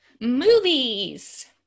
movies